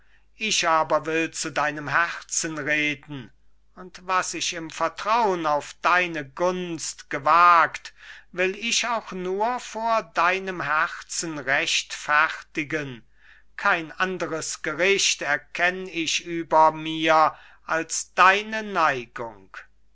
ich aber will zu deinem herzen reden und was ich im vertraun auf deine gunst gewagt will ich auch nur vor deinem herzen rechtfertigen kein anderes gericht erkenn ich über mir als deine neigung